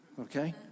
Okay